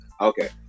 Okay